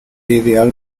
ideal